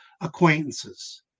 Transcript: acquaintances